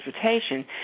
Transportation